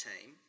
team